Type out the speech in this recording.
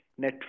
Netflix